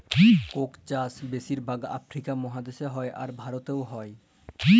Coke চাষ বেশির ভাগ আফ্রিকা মহাদেশে হ্যয়, আর ভারতেও হ্য়য়